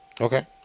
Okay